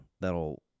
that'll